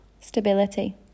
stability